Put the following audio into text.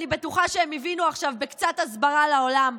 אני בטוחה שהם הבינו עכשיו בקצת הסברה לעולם.